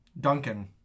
Duncan